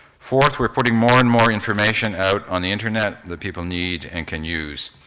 fourth, we're putting more and more information out on the internet that people need and can use.